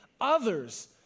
others